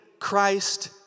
Christ